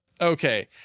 Okay